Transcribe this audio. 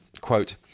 quote